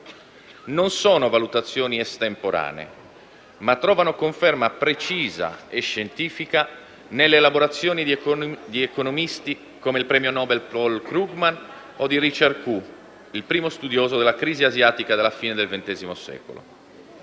Non sono valutazioni estemporanee, ma trovano conferma precisa e scientifica nelle elaborazioni di economisti come il premio Nobel Paul Krugman o di Richard Koo, il primo studioso della crisi asiatica della fine del ventesimo